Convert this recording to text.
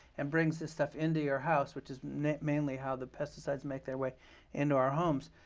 and brings this stuff into your house, which is mainly how the pesticides make their way into our homes,